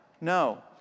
no